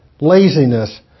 laziness